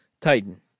Titan